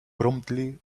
promptly